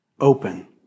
open